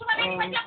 ও